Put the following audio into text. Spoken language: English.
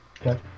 Okay